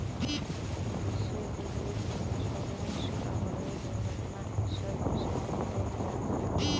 disability insurance के प्रयोग दुर्घटना इ सब के समय कैल जा हई